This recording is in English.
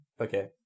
Okay